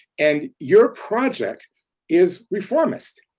and your project is reformist.